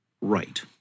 right